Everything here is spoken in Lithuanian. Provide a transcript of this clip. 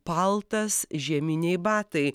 paltas žieminiai batai